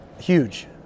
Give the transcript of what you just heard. Huge